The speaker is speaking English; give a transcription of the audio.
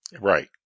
Right